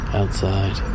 outside